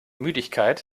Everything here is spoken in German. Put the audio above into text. müdigkeit